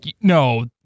no